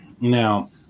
Now